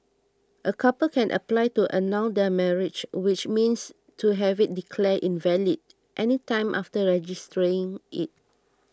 a couple can apply to annul their marriage which means to have it declared invalid any time after registering it